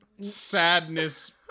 sadness